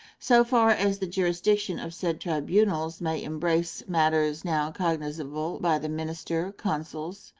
so far as the jurisdiction of said tribunals may embrace matters now cognizable by the minister, consuls,